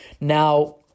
Now